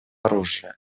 оружия